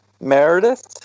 Meredith